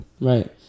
right